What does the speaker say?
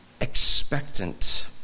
expectant